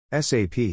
SAP